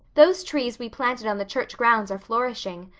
those trees we planted on the church grounds are flourishing,